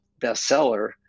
bestseller